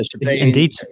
indeed